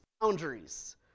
boundaries